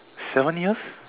seven years